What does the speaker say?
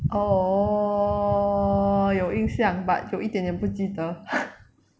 oh 有印象 but 有一点点不记得